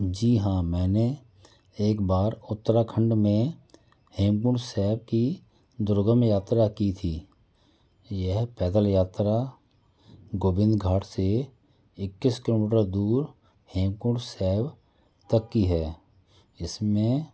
जी हाँ मैंने एक बार उत्तराखंड में हेमकुंड साहब की दुर्गम यात्रा की थी यह पैदल यात्रा गोविंद घाट से इक्कीस किलोमीटर दूर हेमकुंड साहब तक की है इसमें